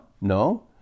No